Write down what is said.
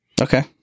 Okay